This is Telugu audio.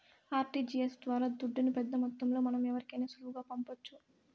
ఆర్టీజీయస్ ద్వారా దుడ్డుని పెద్దమొత్తంలో మనం ఎవరికైనా సులువుగా పంపొచ్చు